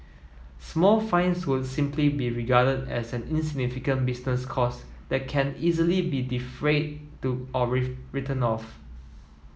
small fines would simply be regarded as an insignificant business cost that can easily be defrayed to or written off